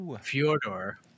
Fyodor